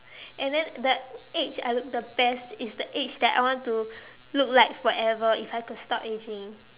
and then the age I look the best is the age that I want to look like forever if I could stop ageing